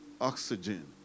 Oxygen